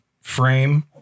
frame